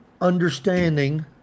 understanding